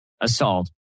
assault